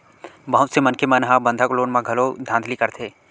बहुत से मनखे मन ह बंधक लोन म घलो धांधली करथे